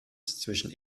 zwischen